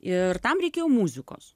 ir tam reikėjo muzikos